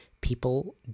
People